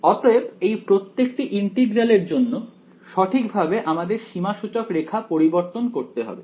অতএব এই প্রত্যেকটি ইন্টিগ্রাল এর জন্য সঠিকভাবে আমাদের সীমাসূচক রেখা পরিবর্তন করতে হবে